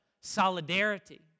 solidarity